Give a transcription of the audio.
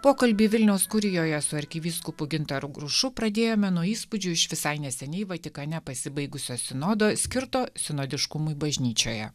pokalbį vilniaus kurijoje su arkivyskupu gintaru grušu pradėjome nuo įspūdžių iš visai neseniai vatikane pasibaigusios sinodo skirto sinodiškumui bažnyčioje